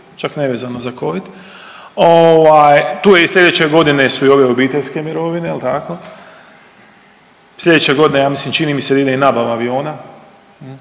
čak nevezano za covid, ovaj tu je i slijedeće godine su i ove obiteljske mirovine jel tako, slijedeće godine ja mislim, čini mi se ide i nabava aviona.